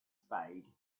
spade